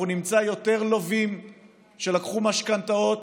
אנחנו נמצא יותר לווים שלקחו משכנתאות